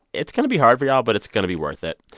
it's going to be hard for y'all, but it's going to be worth it.